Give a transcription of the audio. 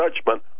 judgment